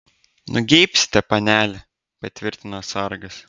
nugeibsite panele patvirtino sargas